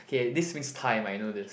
okay this means time I know this